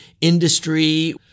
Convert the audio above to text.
industry